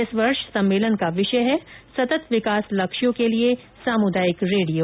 इस वर्ष सम्मेलन का विषय है सतत् विकास लक्ष्यों के लिए सामुदायिक रेडियो